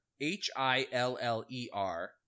h-i-l-l-e-r